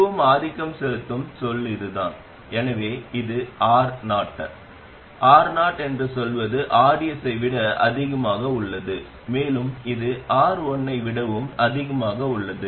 மிகவும் ஆதிக்கம் செலுத்தும் சொல் இதுதான் எனவே இது Ro என்று சொல்வது rds ஐ விட அதிகமாக உள்ளது மேலும் இது R1 ஐ விடவும் அதிகமாக உள்ளது